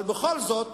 אבל בכל זאת,